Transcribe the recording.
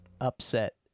upset